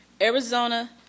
Arizona